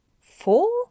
four